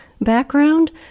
background